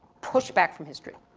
push back from history.